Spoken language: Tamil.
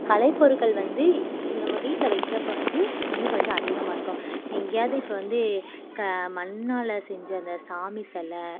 கலைப்பொருட்கள் வந்து நம்ம வீட்டில வைக்கிறப்போ வந்து இன்னும் கொஞ்சம் அதிகமாக இருக்கும் எங்கயாவது இப்போ வந்து க மண்ணில் செஞ்ச அந்த சாமி செலை